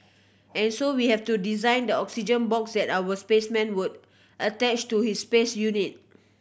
and so we have to design the oxygen box that our spaceman would attach to his space suit